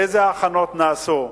אילו הכנות נעשו,